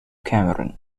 cameroon